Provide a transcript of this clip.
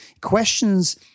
questions